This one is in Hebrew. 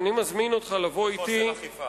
חוסר אכיפה.